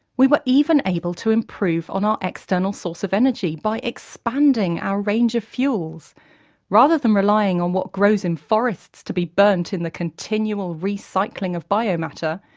we were even able to improve on our external source of energy by expanding our range of fuels rather than relying on what grows in forests to be burnt in the continual recycling of bio-matter,